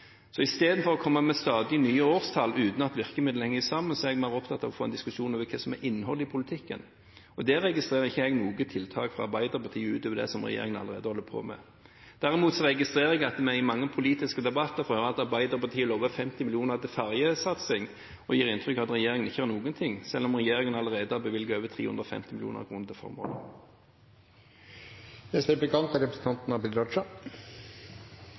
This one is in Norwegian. Så istedenfor å komme med stadig nye årstall uten at virkemidlene henger sammen, er jeg mer opptatt av å få en diskusjon om hva som er innholdet i politikken, og der registrerer ikke jeg noe tiltak fra Arbeiderpartiet utover det som regjeringen allerede holder på med. Derimot registrerer jeg at vi i mange politiske debatter får høre at Arbeiderpartiet har lovet 50 mill. kr til ferjesatsing, og at en gir inntrykk av at regjeringen ikke gjør noen ting, selv om regjeringen allerede har bevilget over 350 mill. kr til